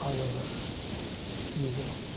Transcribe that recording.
ಆಗಲ್ಲ ಈಗಿನ